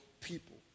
people